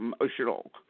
emotional